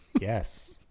Yes